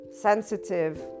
sensitive